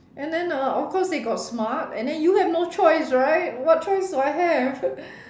and then uh of course it got smart and then you have no choice right what choice do I have